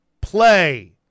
play